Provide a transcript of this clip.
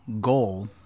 goal